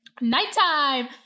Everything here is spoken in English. Nighttime